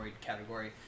category